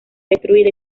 destruida